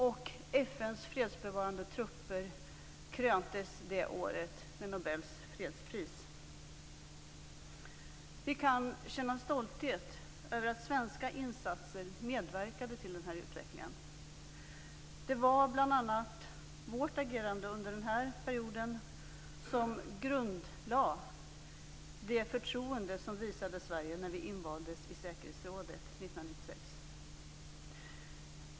FN:s fredsbevarande trupper belönades det året med Vi kan känna stolthet över att svenska insatser medverkade till denna utveckling. Det var bl.a. vårt agerande under denna period som grundlade det förtroende som visades Sverige när vi invaldes i säkerhetsrådet 1996.